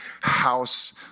house